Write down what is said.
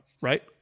right